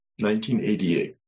1988